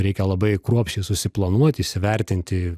reikia labai kruopščiai susiplanuot įsivertinti